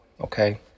okay